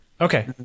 Okay